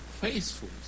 faithful